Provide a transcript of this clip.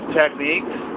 techniques